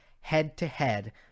head-to-head